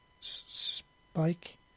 Spike